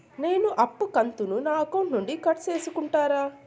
నేను అప్పు కంతును నా అకౌంట్ నుండి కట్ సేసుకుంటారా?